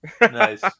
Nice